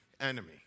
enemy